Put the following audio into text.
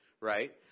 right